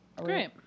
great